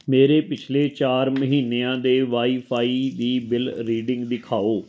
ਮੇਰੇ ਪਿਛਲੇ ਚਾਰ ਮਹੀਨਿਆਂ ਦੇ ਵਾਈ ਫ਼ਾਈ ਦੀ ਬਿਲ ਰੀਡਿੰਗ ਦਿਖਾਓ